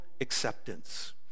acceptance